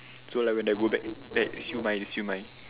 so like when I go back that siew-mai is siew-mai